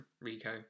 Rico